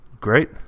great